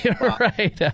right